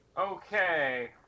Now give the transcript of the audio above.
Okay